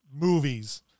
movies